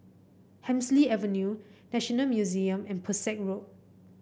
Hemsley Avenue National Museum and Pesek Road